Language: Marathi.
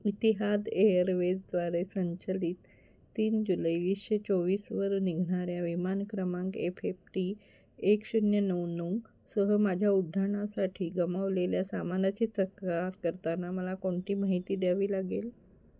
इतिहाद एअरवेजद्वारे संचलित तीन जुलै वीसशे चोवीसवर निघणाऱ्या विमान क्रमांक एफएफ्टी एक शून्य नऊ नऊसह माझ्या उड्डाणासाठी गमावलेल्या सामानाची तक्रार करताना मला कोणती माहिती द्यावी लागेल